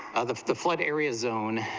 of the flood arizona,